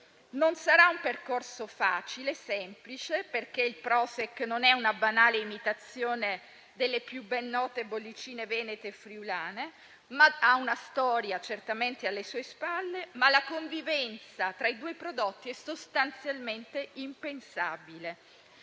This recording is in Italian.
Non sarà un percorso facile né semplice, perché il Prošek non è una banale imitazione delle più ben note bollicine venete e friulane. Ha una storia alle sue spalle, certamente, ma la convivenza tra i due prodotti è sostanzialmente impensabile.